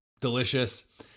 delicious